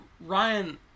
Ryan